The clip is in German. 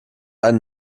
eine